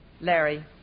Larry